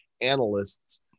analysts